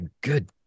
good